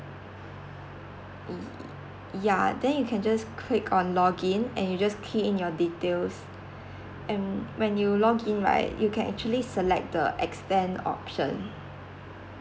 ya then you can just click on login and you just key in your details and when you login right you can actually select the extend option